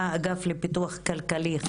כשהחומש הקודם עמד על היקף תקציבי של 3.2